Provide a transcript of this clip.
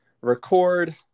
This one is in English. record